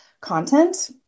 content